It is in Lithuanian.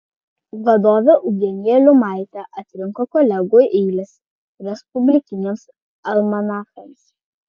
vadovė eugenija liumaitė atrinko kolegų eiles respublikiniams almanachams